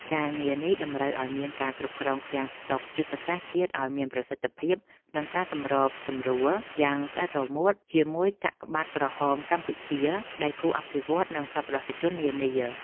ការងារនេះតម្រូវឱ្យមានការគ្រប់គ្រងឃ្លាំងស្តុកយុទ្ធសាស្ត្រជាតិឱ្យមានប្រសិទ្ធភាព និងការសម្របសម្រួលយ៉ាងស្អិតរមួតជាមួយកាកបាទក្រហមកម្ពុជា ដៃគូអភិវឌ្ឍន៍ និងសប្បុរសជននានា។